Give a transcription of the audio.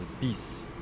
peace